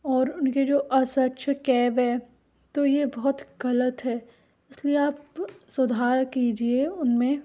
और उनके जो अस्वच्छ कैब है तो ये बहुत गलत है इसलिए आप सुधार कीजिये उनमें